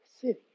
city